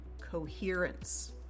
coherence